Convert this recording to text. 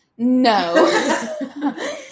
no